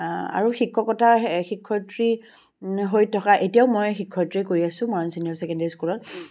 আৰু শিক্ষকতা শিক্ষয়ত্ৰী হৈ থকা এতিয়াও মই শিক্ষয়ত্ৰীয়ে কৰি আছোঁ মৰাণ চিনিয়ৰ চেকেণ্ডেৰী স্কুলত